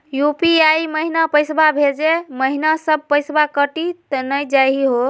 UPI महिना पैसवा भेजै महिना सब पैसवा कटी त नै जाही हो?